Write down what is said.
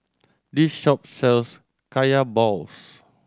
this shop sells Kaya balls